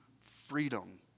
freedom